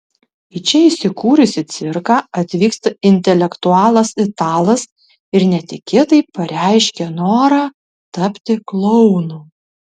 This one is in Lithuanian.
į čia įsikūrusį cirką atvyksta intelektualas italas ir netikėtai pareiškia norą tapti klounu